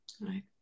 Right